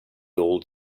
old